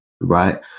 right